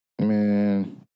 Man